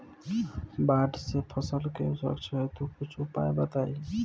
बाढ़ से फसल के सुरक्षा हेतु कुछ उपाय बताई?